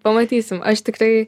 pamatysim aš tikrai